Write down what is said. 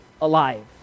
alive